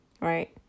right